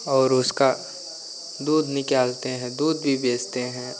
और उसका दूध निकालते हैं दूध भी बेचते हैं